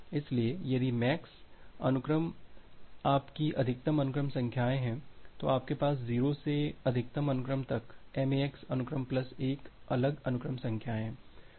इसलिए यदि MAX अनुक्रम आपकी अधिकतम अनुक्रम संख्याएं हैं तो आपके पास 0 से अधिकतम अनुक्रम तक MAX अनुक्रम प्लस 1 अलग अनुक्रम संख्याएं हैं